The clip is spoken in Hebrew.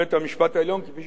כפי שציינת עכשיו,